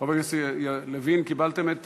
חבר הכנסת לוין, קיבלתם את